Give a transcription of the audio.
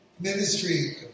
ministry